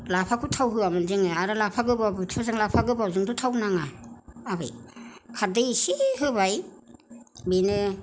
लाफाखौ थाव होआमोन जोङो आरो लाफा होबा बुथुवाजों लाफा गोबावजोंथ' थाव नाङा आबै खारदै इसे होबाय बेनो